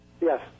yes